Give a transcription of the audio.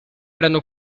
erano